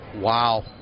Wow